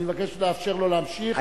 אני מבקש לאפשר לו להמשיך,